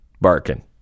barking